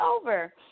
over